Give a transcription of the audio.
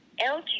LG